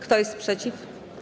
Kto jest przeciw?